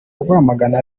rwamagana